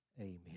Amen